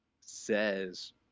says